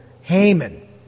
Haman